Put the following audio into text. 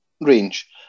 range